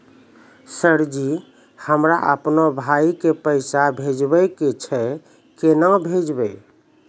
Sir ji हमरा अपनो भाई के पैसा भेजबे के छै, केना भेजबे?